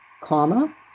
Comma